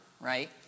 right